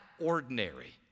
ordinary